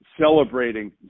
celebrating